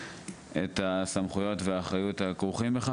את הסמכויות והאחריות הכרוכים בכך.